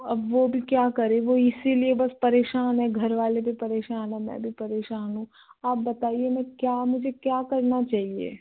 अब वो भी क्या करें वो इसीलिए बस परेशान है घर वाले भी परेशान हैं मैं भी परेशान हूँ आप बताईए मैं क्या मुझे क्या करना चाहिए